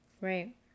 Right